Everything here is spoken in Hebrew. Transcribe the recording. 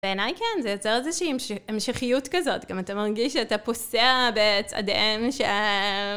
בעיניי כן, זה יוצר איזושהי המשכיות כזאת. גם אתה מרגיש שאתה פוסע בצעדיהן שם.